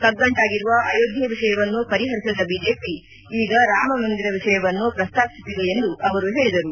ಕಗ್ಗಂಟಾಗಿರುವ ಅಯೋಧ್ವೆ ವಿಷಯವನ್ನು ಪರಿಹರಿಸದ ಬಿಜೆಪಿ ಈಗ ರಾಮ ಮಂದಿರ ವಿಷಯವನ್ನು ಪ್ರಸ್ತಾಪಿಸುತ್ತಿದೆ ಎಂದು ಅವರು ಹೇಳಿದರು